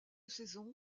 saison